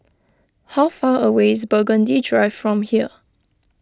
how far away is Burgundy Drive from here